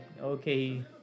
okay